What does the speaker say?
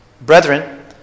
Brethren